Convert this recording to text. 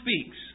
speaks